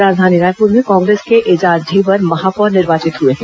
राजधानी रायपुर में कांग्रेस के एजाज ढेबर महापौर निर्वाचित हुए हैं